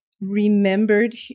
remembered